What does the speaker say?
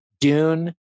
Dune